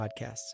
podcasts